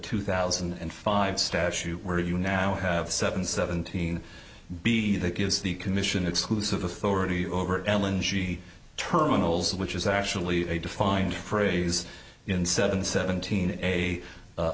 two thousand and five statute where you now have seven seventeen b that gives the commission exclusive authority over ellen g terminals which is actually a defined phrase in seven seventeen a